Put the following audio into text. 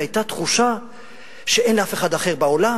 והיתה תחושה שאין לאף אחד אחר בעולם,